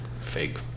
fake